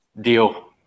Deal